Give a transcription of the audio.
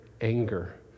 anger